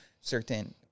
certain